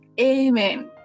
amen